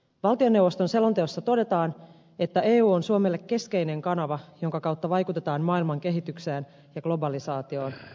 valtioneuvoston selonteossa todetaan että eu on suomelle keskeinen kanava jonka kautta vaikutetaan maailman kehitykseen ja globalisaatioon